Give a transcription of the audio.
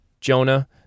Jonah